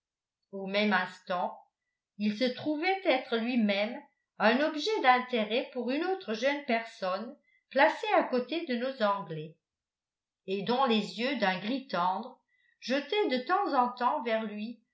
au même instant il se trouvait être lui-même un objet d'intérêt pour une autre jeune personne placée à côté de nos anglais et dont les yeux d'un gris tendre jetaient de temps en temps vers lui